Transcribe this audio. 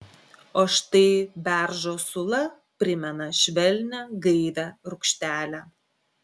o štai beržo sula primena švelnią gaivią rūgštelę